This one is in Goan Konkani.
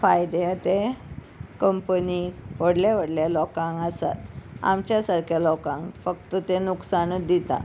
फायदे ते कंपनी व्हडले व्हडले लोकांक आसात आमच्या सारक्या लोकांक फक्त ते नुकसाणूच दिता